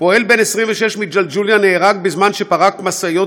פועל בן 26 מג'לגוליה נהרג בזמן שפרק משאית